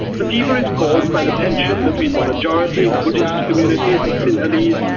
the fever is caused by the tension between the majority buddhist community, the sinhalese,